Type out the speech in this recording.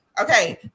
Okay